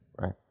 Right